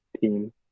team